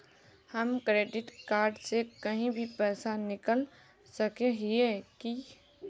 हम credit card से कहीं भी पैसा निकल सके हिये की?